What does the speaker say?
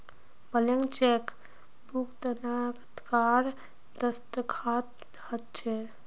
blank चेकत भुगतानकर्तार दस्तख्त ह छेक